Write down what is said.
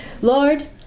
Lord